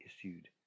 issued